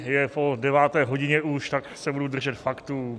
Je už po deváté hodině, tak se budu držet faktů.